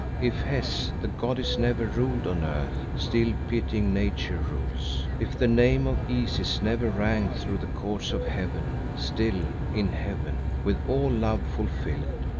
if hes the goddess never ruled on earth, still pitying nature rules. if the name of isis never rang through the courts of heaven, still in heaven, with all love fulfilled,